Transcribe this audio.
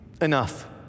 enough